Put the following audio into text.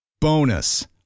Bonus